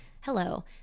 hello